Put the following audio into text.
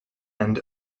and